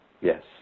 Yes